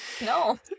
no